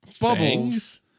bubbles